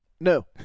No